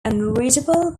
unreadable